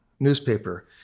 newspaper